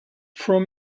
from